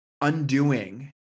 undoing